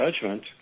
judgment